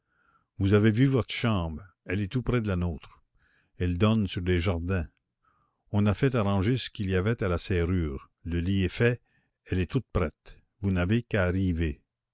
vous avez vu votre chambre elle est tout près de la nôtre elle donne sur des jardins on a fait arranger ce qu'il y avait à la serrure le lit est fait elle est toute prête vous n'avez qu'à arriver